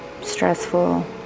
stressful